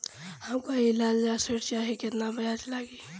हमका ईलाज ला ऋण चाही केतना ब्याज लागी?